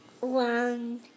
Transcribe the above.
one